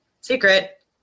secret